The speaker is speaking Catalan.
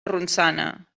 ronçana